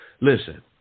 Listen